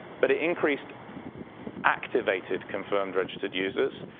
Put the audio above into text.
but it increased activated confirmed registered users.